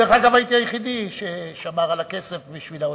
דרך אגב, הייתי היחיד ששמר על הכסף בשביל האוצר.